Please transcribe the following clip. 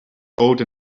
old